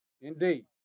Indeed